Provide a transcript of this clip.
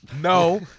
no